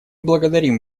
благодарим